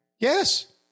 Yes